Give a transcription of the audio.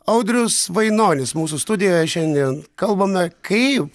audrius vainonis mūsų studijoje šiandien kalbame kaip